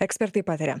ekspertai pataria